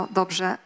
dobrze